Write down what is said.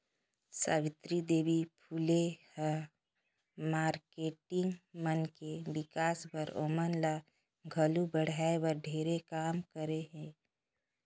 सावित्री देवी फूले ह मारकेटिंग मन के विकास बर, ओमन ल आघू बढ़ाये बर ढेरे काम करे हे